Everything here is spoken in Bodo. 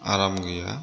आराम गैया